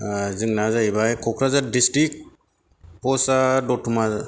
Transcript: जोंना जाहैबाय Kokrajhar district first दतमा